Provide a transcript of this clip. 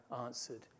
answered